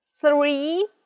three